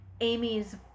Amy's